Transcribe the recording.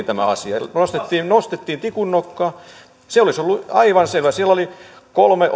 tämä asia vuonna kaksituhattakaksitoista huomattiin nostettiin tikun nokkaan se olisi ollut aivan selvä siellä olisi ollut kolme